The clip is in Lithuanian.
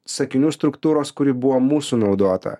sakinių struktūros kuri buvo mūsų naudota